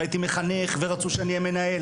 והייתי מחנך ורצו שאני אהיה מנהל